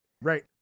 Right